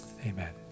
Amen